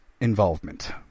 involvement